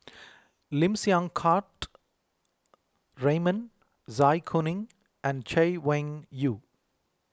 Lim Siang Keat Raymond Zai Kuning and Chay Weng Yew